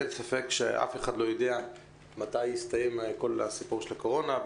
אין ספק שאף אחד לא יודע מתי יסתיים הסיפור של הקורונה.